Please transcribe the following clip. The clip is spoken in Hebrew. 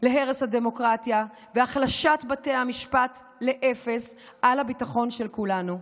להרס הדמוקרטיה ושל החלשת בתי המשפט לאפס על הביטחון של כולנו.